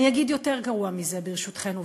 אני אגיד יותר גרוע מזה, ברשותכן וברשותכם: